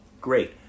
Great